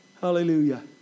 Hallelujah